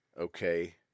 okay